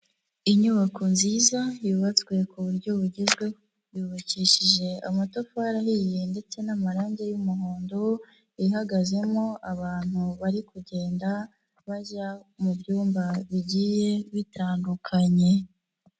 Inyubako nziza yubatswe ku buryo bugezweho, yubakishije amatafari ahiye ndetse n'amarangi y'umuhondo, ihagazemo abantu bari kugenda bajya mu byumba bigiye bitandukanye.